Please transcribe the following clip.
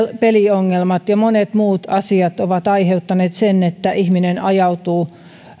peliongelmat ja monet muut asiat ovat aiheuttaneet sen että ihminen ajautuu